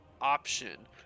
option